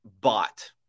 bot